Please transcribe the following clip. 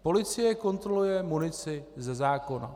Policie kontroluje munici ze zákona.